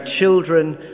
children